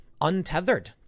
untethered